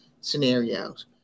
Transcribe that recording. scenarios